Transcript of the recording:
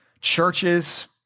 Churches